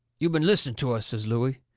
you've been listening to us, says looey.